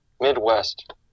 Midwest